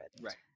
right